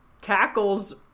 tackles